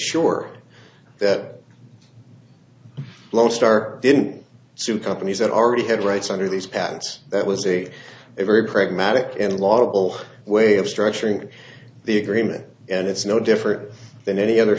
sure that lodestar didn't sue companies that already had rights under these patents that was a very pragmatic and laudable way of structuring the agreement and it's no different than any other